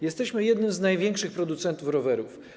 Jesteśmy jednym z największych producentów rowerów.